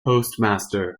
postmaster